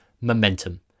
momentum